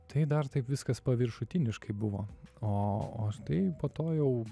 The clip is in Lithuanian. tai dar taip viskas paviršutiniškai buvo o štai po to jau